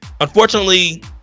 unfortunately